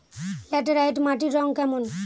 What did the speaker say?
Laterite মাটির রং কেমন?